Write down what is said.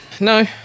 No